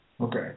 Okay